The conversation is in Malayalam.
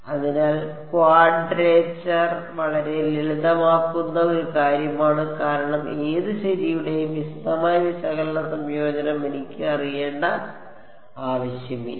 അതിനാൽ ക്വാഡ്രേച്ചർ വളരെ ലളിതമാക്കുന്ന ഒരു കാര്യമാണ് കാരണം ഏത് ശരിയുടെയും വിശദമായ വിശകലന സംയോജനം എനിക്ക് അറിയേണ്ട ആവശ്യമില്ല